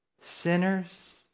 sinners